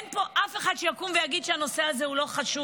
אין פה אף אחד שיקום ויגיד שהנושא הזה הוא לא חשוב,